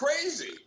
Crazy